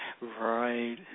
right